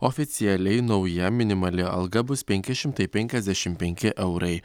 oficialiai nauja minimali alga bus penki šimtai penkiasdešim penki eurai